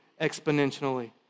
exponentially